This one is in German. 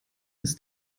ist